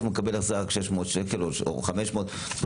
הם מקבלים החזר של 600 שקלים או של 500 שקלים,